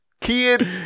kid